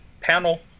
panel